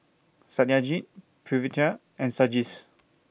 Satyajit Pritiviraj and Sanjeev's